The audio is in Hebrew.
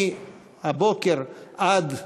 מהבוקר עד,